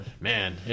Man